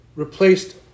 replaced